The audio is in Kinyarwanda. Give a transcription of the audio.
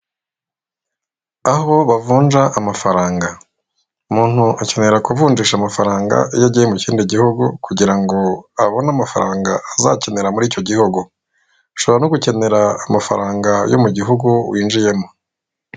Aho bavunja amafaranga umuntu akenera kuvunjisha amafaranga iyo agiye mu kindi gihugu kugira ngo abone amafaranga azakenera muri icyo gihugu ushobora no gukenera amafaranga yo mu gihugu winjiyemo.